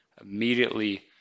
immediately